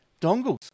dongles